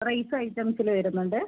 rice ഐറ്റംസില് വരുന്നുണ്ട്